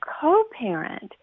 co-parent